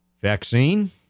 vaccine